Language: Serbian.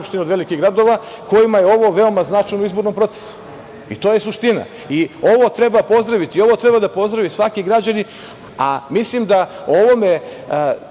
od velikih gradova kojima je ovo veoma značajno u izbornom procesu, i to je suština. Ovo treba pozdraviti. Ovo treba da pozdravi svaki građanin. Mislim da o ovome